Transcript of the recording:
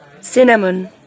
cinnamon